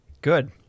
Good